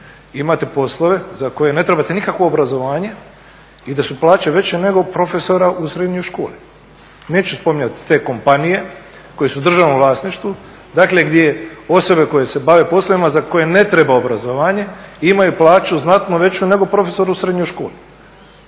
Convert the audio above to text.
imate poslove za koje ne trebate nikakvo obrazovanje i da su plaće veće nego profesora u srednjoj školi. Neću spominjati te kompanije koje su u državnom vlasništvu gdje osobe koje se bave poslovima za koje ne treba obrazovanje imaju plaću znatno veću nego profesor u srednjoj školi.